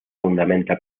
fundamenta